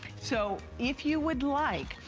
so if you would like,